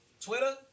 Twitter